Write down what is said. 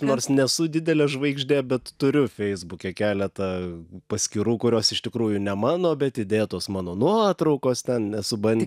nors nesu didelė žvaigždė bet turiu feisbuke keletą paskyrų kurios iš tikrųjų ne mano bet įdėtos mano nuotraukos ten nesu bandę